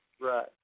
Right